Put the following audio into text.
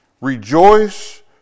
Rejoice